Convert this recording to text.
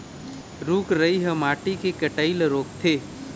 रूख राई ह माटी के कटई ल रोकथे